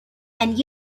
and